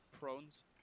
Prones